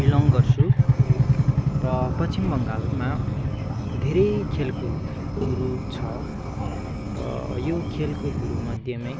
belong गर्छु र पश्चिम बङ्गालमा धेरै खेलकुदहरू छ र यो खेलकुदहरूमध्येमै